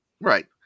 Right